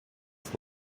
this